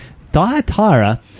Thyatira